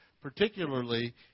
particularly